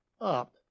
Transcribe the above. up